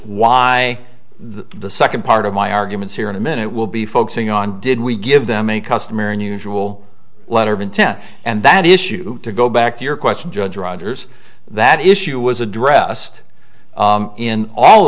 why the second part of my arguments here in a minute we'll be focusing on did we give them a customary unusual letter of intent and that issue to go back to your question judge rogers that issue was addressed in all